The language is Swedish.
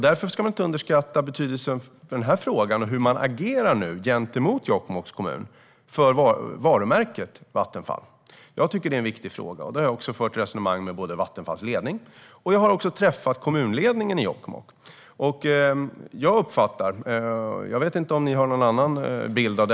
Därför ska betydelsen för varumärket Vattenfall inte underskattas i den här frågan och hur man nu agerar gentemot Jokkmokks kommun. Jag tycker att det är en viktig fråga. Det har jag också fört resonemang om med Vattenfalls ledning. Jag har också träffat kommunledningen i Jokkmokk. Jag vet inte om ni har någon annan bild av detta.